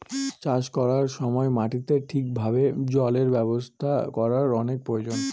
চাষ করার সময় মাটিতে ঠিক ভাবে জলের ব্যবস্থা করার অনেক প্রয়োজন